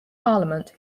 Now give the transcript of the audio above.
parliament